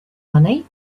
money